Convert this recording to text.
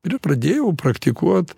ir pradėjau praktikuot